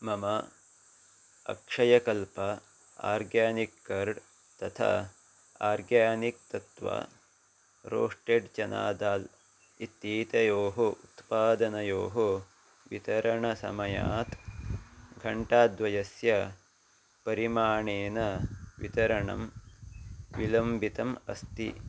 मम Akshayakalp organic curd तथा organic Tattva roasted chana dal इत्येतयोः उत्पादनयोः वितरणसमयात् घण्टाद्वयस्य परिमाणेन वितरणं विलम्बितम् अस्ति